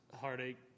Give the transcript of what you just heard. heartache